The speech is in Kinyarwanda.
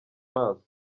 maso